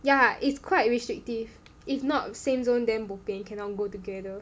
ya it's quite restrictive if not same zone then bo pian cannot go together